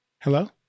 Hello